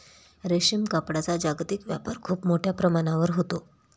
रेशीम कापडाचा जागतिक व्यापार खूप मोठ्या प्रमाणावर होतो